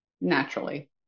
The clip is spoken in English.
naturally